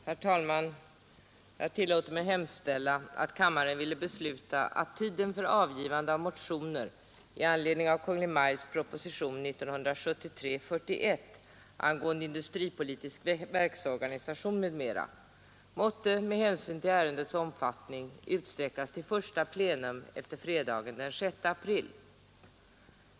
Herr talman! Jag tillåter mig hemställa att kammaren ville besluta att tiden för avgivande av motioner i anledning av Kungl. Maj:ts proposition 1973:41 angående industripolitisk verksorganisation, m.m., måtte med hänsyn till ärendets omfattning utsträckas till första plenum efter fredagen den 6 april.